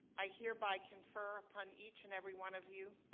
i hereby confer upon each and every one of you,